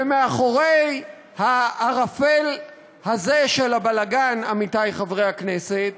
ומאחורי הערפל הזה, של הבלגן, עמיתי חברי הכנסת,